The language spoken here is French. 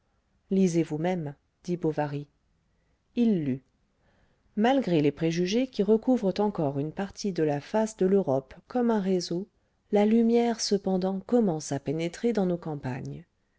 lisez vous-même dit bovary il lut malgré les préjugés qui recouvrent encore une partie de la face de l'europe comme un réseau la lumière cependant commence à pénétrer dans nos campagnes